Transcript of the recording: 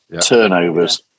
turnovers